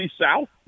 South